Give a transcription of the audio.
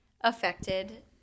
affected